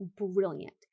brilliant